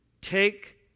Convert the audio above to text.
Take